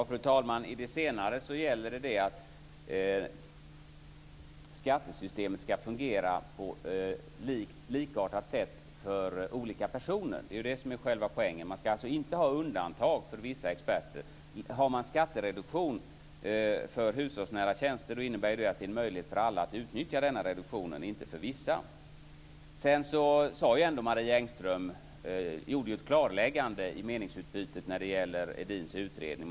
Fru talman! Vad beträffar det senare gäller det att skattesystemet ska fungera på likartat sätt för olika personer. Det är det som är själva poängen. Man ska alltså inte ha undantag för vissa experter. Införs skattereduktion för hushållsnära tjänster innebär det att det är en möjlighet för alla att utnyttja denna reduktion, inte bara för vissa. Sedan gjorde Marie Engström ett klarläggande i meningsutbytet om Edins utredning.